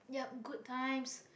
yup good times